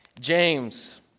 James